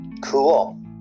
cool